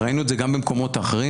וראינו את זה גם במקומות אחרים.